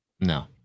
no